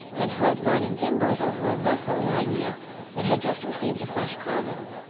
and hurled burning timbers over a vessel lying near that had just received a fresh cargo.